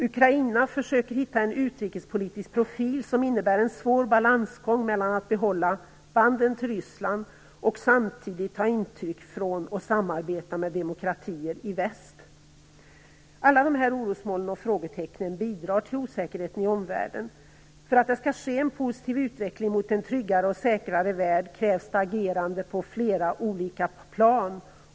Ukraina försöker hitta en utrikespolitisk profil som innebär en svår balansgång mellan att behålla banden till Ryssland och att samtidigt ta intryck av och samarbeta med demokratier i väst. Alla dessa orosmoln och frågetecken bidrar till osäkerheten i omvärlden. För att det skall ske en positiv utveckling i riktning mot en tryggare och säkrare värld krävs det agerande på flera olika plan.